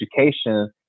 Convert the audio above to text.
education